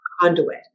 conduit